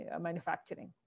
manufacturing